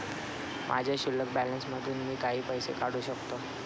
माझ्या शिल्लक बॅलन्स मधून मी काही पैसे काढू शकतो का?